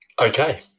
Okay